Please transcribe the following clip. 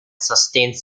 sustains